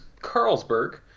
Carlsberg